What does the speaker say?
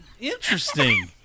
Interesting